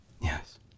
yes